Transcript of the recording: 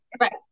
Right